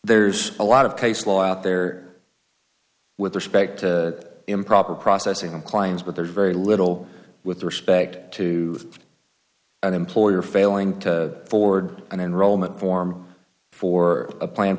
there's a lot of case law out there with respect to improper processing of klein's but there's very little with respect to an employer failing to forward an enrollment form for a plan